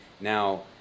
Now